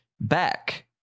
back